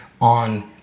on